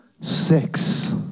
six